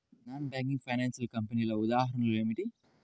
Non banking financial కంపెనీల ఉదాహరణలు ఏమిటి?